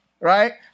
Right